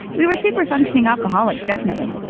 we were superfunctioning alcoholics, definitely.